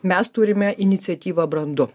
mes turime iniciatyvą brandu